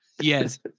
Yes